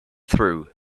through